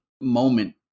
moment